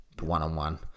one-on-one